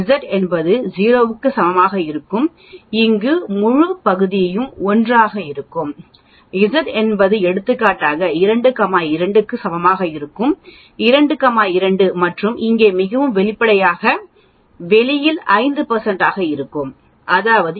Z என்பது 0 க்கு சமமாக இருக்கும்போது இங்கு முழுப் பகுதியும் 1 ஆக இருக்கும் Z என்பது எடுத்துக்காட்டாக 2 2 க்கு சமமாக இருக்கும்போது 2 2 மற்றும் இங்கே மிகவும் வெளிப்படையாக வெளியில் 5 இருக்க வேண்டும் அதாவது இது 0